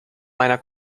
meiner